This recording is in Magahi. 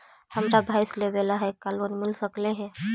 हमरा भैस लेबे ल है का लोन मिल सकले हे?